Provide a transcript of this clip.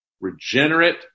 regenerate